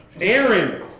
Aaron